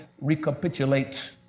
recapitulate